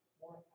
more